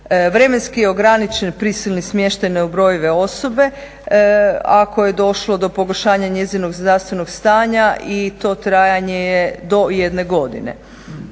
Vremenski je ograničen prisilni smještaj neubrojive osobe ako je došlo do pogoršanja njezinog zdravstvenog stanja i to trajanje je do jedne godine.